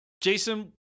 Jason